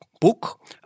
book